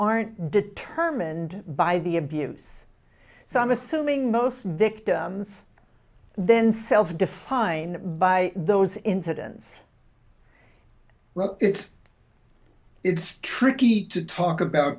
aren't determined by the abuse so i'm assuming most victims then self define by those incidents well it's it's tricky to talk about